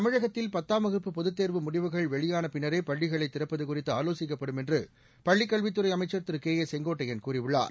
தமிழகத்தில் பத்தாம் வகுப்பு பொதுத்தேர்வு முடிவுகள் வெளியான பின்னரே பள்ளிகளை திறப்பது குறித்து ஆலோசிக்கப்படும் என்று பள்ளிக்கல்வித்துறை அமைச்சர் திரு கே ஏ செங்கோட்டையள் கூறியுள்ளார்